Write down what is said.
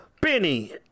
Benny